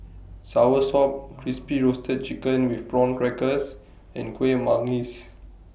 Soursop Crispy Roasted Chicken with Prawn Crackers and Kuih Manggis